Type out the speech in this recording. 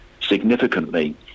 significantly